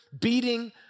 beating